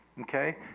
Okay